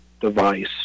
device